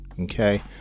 Okay